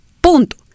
punto